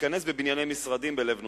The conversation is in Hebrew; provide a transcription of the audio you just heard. להיכנס בבנייני משרדים בלב ניו-יורק?